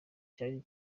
cyari